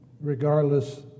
regardless